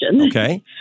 Okay